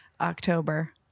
October